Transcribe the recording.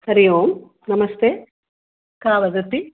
हरिः ओं नमस्ते का वदति